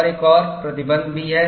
और एक और प्रतिबंध भी है